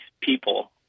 people